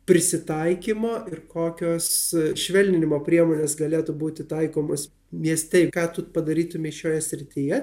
prisitaikymo ir kokios švelninimo priemonės galėtų būti taikomos mieste ką tu padarytumei šioje srityje